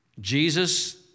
Jesus